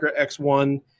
X1